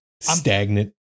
stagnant